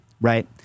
right